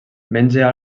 menja